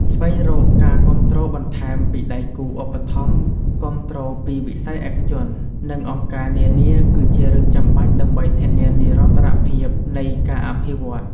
ស្វែងរកការគាំទ្របន្ថែមពីដៃគូឧបត្ថម្ភគាំទ្រពីវិស័យឯកជន និងអង្គការនានាគឺជារឿងចាំបាច់ដើម្បីធានានិរន្តរភាពនៃការអភិវឌ្ឍ។